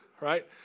Right